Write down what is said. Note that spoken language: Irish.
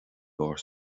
áras